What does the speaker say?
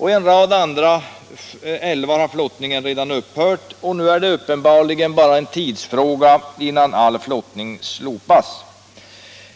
I en rad andra älvar har flottningen redan upphört, och nu är det uppenbarligen bara en tidsfråga innan all flottning slopas.